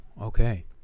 Okay